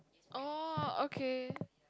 oh ok